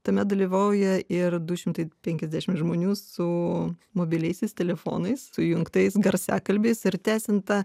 tame dalyvauja ir du šimtai penkiasdešimt žmonių su mobiliaisiais telefonais su įjungtais garsiakalbiais ir tęsiant tą